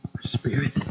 spirit